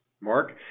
Mark